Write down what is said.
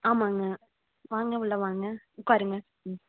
ஆமாங்க வாங்க உள்ளே வாங்க உட்காருங்க ம்